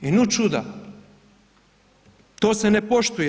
I gle čuda, to se ne poštuje.